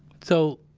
so,